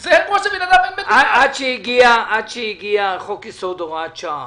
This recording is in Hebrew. עד שהגיע חוק יסוד: הוראת שעה,